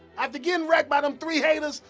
after gettin wrecked by them three haters,